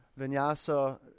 vinyasa